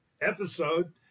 episode